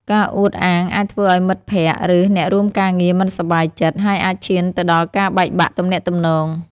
ការអួតអាងអាចធ្វើឱ្យមិត្តភក្តិ ឬអ្នករួមការងារមិនសប្បាយចិត្ត ហើយអាចឈានទៅដល់ការបែកបាក់ទំនាក់ទំនង។